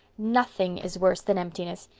nothing is worse than emptiness.